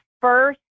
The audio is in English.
first